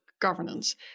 governance